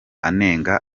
anenga